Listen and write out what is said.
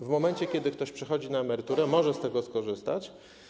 W momencie, kiedy ktoś przechodzi na emeryturę, może z tego skorzystać.